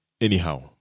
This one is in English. anyhow